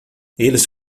eles